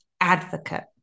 advocate